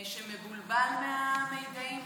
שמבולבל מהמידעים,